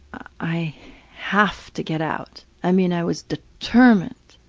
i have to get out. i mean i was determined,